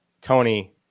Tony